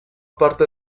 parte